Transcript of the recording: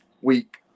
week